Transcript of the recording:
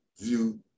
view